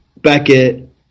Beckett